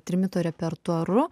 trimito repertuaru